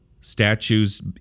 statues